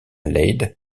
leyde